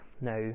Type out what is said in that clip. now